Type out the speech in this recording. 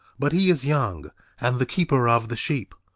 but he is young and the keeper of the sheep.